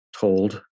told